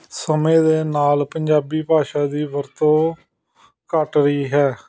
ਸਮੇਂ ਦੇ ਨਾਲ ਪੰਜਾਬੀ ਭਾਸ਼ਾ ਦੀ ਵਰਤੋਂ ਘੱਟ ਰਹੀ ਹੈ